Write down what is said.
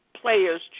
players